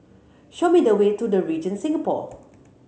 show me the way to The Regent Singapore